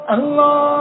Allah